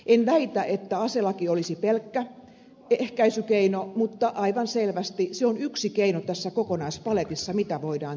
en väitä että aselaki olisi pelkkä ehkäisykeino mutta aivan selvästi se on yksi keino tässä kokonaispaletissa mitä voidaan tehdä